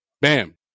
Bam